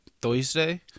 Thursday